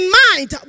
mind